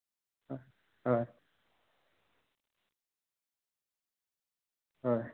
হ হয় হয়